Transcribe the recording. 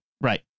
Right